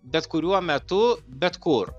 bet kuriuo metu bet kur